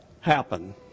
happen